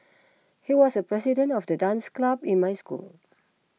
he was the president of the dance club in my school